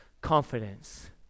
confidence